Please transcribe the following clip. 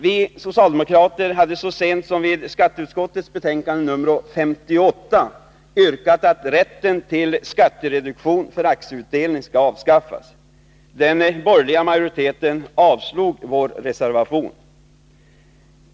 Vi socialdemokrater yrkade så sent som vid behandlingen av skatteutskottets betänkande nr 58 att rätten till skattereduktion för aktieutdelning skulle avskaffas. Den borgerliga majoriteten avslog dock vår reservation.